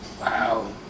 Wow